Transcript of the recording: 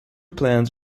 plans